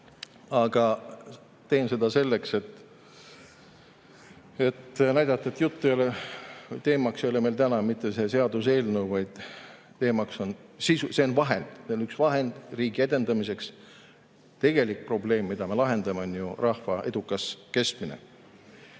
Teen seda selleks, et näidata, et teemaks ei ole meil täna mitte see seaduseelnõu, vaid teemaks on … See on vahend, üks vahend riigi edendamiseks. Tegelik probleem, mida me lahendame, on ju rahva edukas kestmine.